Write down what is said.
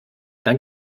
dann